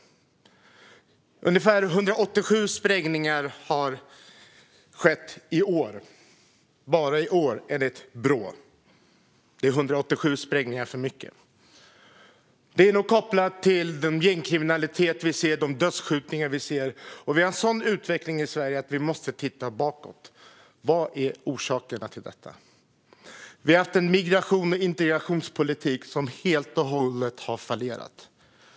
Ungefär 187 sprängningar har skett bara i år, enligt Brå. Det är 187 sprängningar för mycket. De är kopplade till den gängkriminalitet och de dödsskjutningar vi kan se, och utvecklingen är sådan i Sverige att vi måste titta bakåt. Vilka är orsakerna till detta? Migrations och integrationspolitiken har helt och hållet fallerat.